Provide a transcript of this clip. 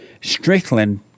Strickland